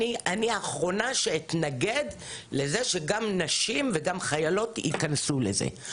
אני האחרונה שאתנגד לזה שגם נשים וגם חיילות ייכנסו לזה.